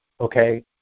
okay